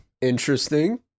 Interesting